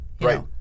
Right